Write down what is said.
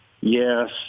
Yes